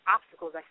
obstacles